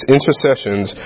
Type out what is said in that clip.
Intercessions